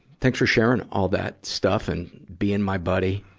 thanks for sharing all that stuff and being my buddy.